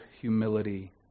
humility